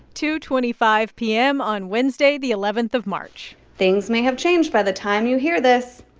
two twenty five p m. on wednesday, the eleven of march things may have changed by the time you hear this.